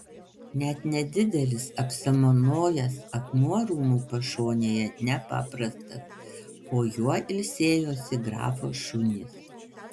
net nedidelis apsamanojęs akmuo rūmų pašonėje nepaprastas po juo ilsėjosi grafo šunys